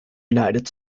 united